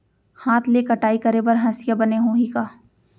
हाथ ले कटाई करे बर हसिया बने होही का?